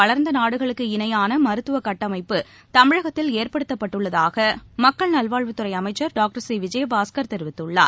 வளர்ந்தநாடுகளுக்கு இணையானமருத்துவகட்டமைப்பு தமிழகத்தில் மருத்துவத்துறையில் ஏற்படுத்தப்பட்டுள்ளதாகமக்கள் நல்வாழ்வுத்துறைஅமைச்சர் டாக்டர் சிவிஜயபாஸ்கர் தெரிவித்துள்ளார்